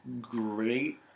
great